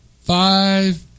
Five